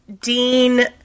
Dean